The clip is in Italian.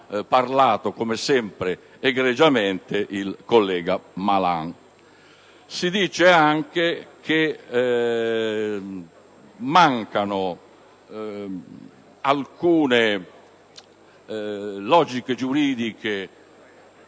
Si dice anche che mancano alcune logiche giuridiche